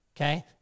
Okay